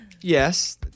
yes